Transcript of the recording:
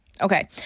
okay